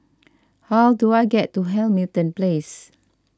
how do I get to Hamilton Place